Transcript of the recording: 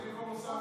עופר במקום אוסאמה.